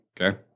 okay